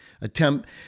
attempt